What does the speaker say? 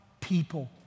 people